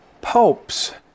popes